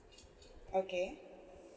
okay